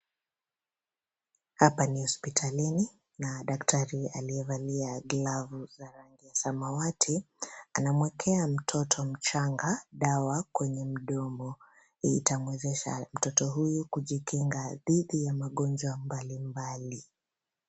Hapa ni hospitalini na daktari aliyevalia glavu za rangi ya samawati, anamwekea mtoto mchanga dawa kwenye mdomo. Itamwezesha mtoto huyu kujikinga dhidi ya magonjwa mbalimbali.